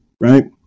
right